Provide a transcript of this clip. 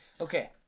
Okay